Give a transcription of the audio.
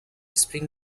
spring